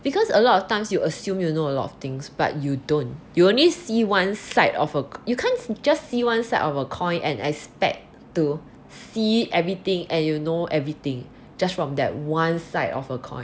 because a lot of times you assume you know a lot of things but you don't you only see one side of a you can't just see one side of a coin and expect to see everything and you know everything just from that one side of a coin